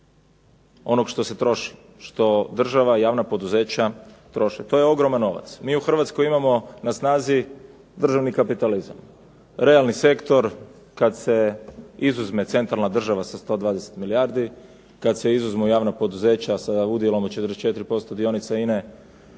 onog što se troši, što država i javna poduzeća troše. To je ogroman novac. Mi u Hrvatskoj imamo na snazi državni kapitalizam. Realni sektor kad se izuzme centralna država sa 120 milijardi, kad se izuzmu javna poduzeća sa udjelom od 44% dionica INA-e